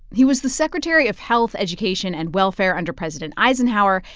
he was the secretary of health, education and welfare under president eisenhower,